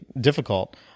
difficult